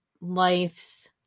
life's